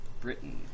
Britain